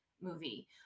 movie